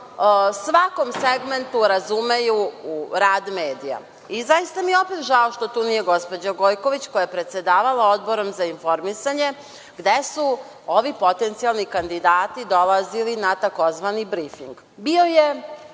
svaki segment razumeju u rad medija. Zaista mi je opet žao što tu nije gospođa Gojković, koja je predsedavala Odborom za informisanje, gde su ovi potencijalni kandidati dolazili na tzv. brifing. Bio je